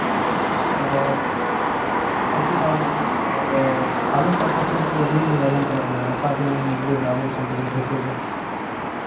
ᱟᱫᱚ ᱟᱯᱮ ᱟᱢ ᱟᱫᱚ ᱟᱵᱤᱱ ᱯᱟᱦᱴᱟ ᱥᱮᱱᱛᱮ ᱫᱤᱱ ᱞᱤᱧ ᱟᱸᱡᱚᱢ ᱥᱟᱱᱟᱭᱮᱜ ᱞᱤᱧᱟ ᱚᱠᱟ ᱫᱤᱱ ᱟᱵᱮᱱ ᱥᱮᱱ ᱛᱮᱵᱮᱱ ᱴᱷᱟᱶᱠᱟᱹᱭᱮᱜᱼᱟ